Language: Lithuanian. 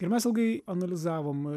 ir mes ilgai analizavom